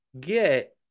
get